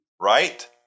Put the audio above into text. right